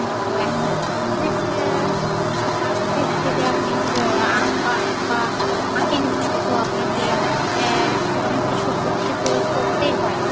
তো একটা পারফেক্ট একটা পারফেক্ট যদি আপনি আঁকা আঁকা আঁকেন কিছু তো আপনাকে অনেক কিছু বুদ্ধির প্রয়োগ করতেই হয়